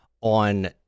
on